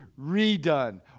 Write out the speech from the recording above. redone